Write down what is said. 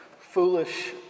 foolish